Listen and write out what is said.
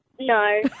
No